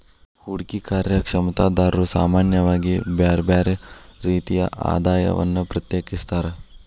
ಹೂಡ್ಕಿ ಕಾರ್ಯಕ್ಷಮತಾದಾರ್ರು ಸಾಮಾನ್ಯವಾಗಿ ಬ್ಯರ್ ಬ್ಯಾರೆ ರೇತಿಯ ಆದಾಯವನ್ನ ಪ್ರತ್ಯೇಕಿಸ್ತಾರ್